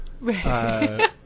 Right